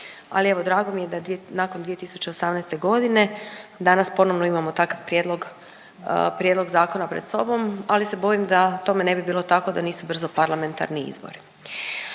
Ali evo drago mi je da nakon 2018.g. danas ponovno imamo takav prijedlog, prijedlog zakona pred sobom, ali se bojim da tome ne bi bilo tako da nisu brzo parlamentarni izbori.